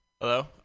Hello